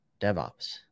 DevOps